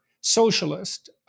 socialist